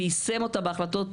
ויישם אותה בהחלטות,